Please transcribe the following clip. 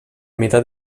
meitat